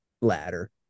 ladder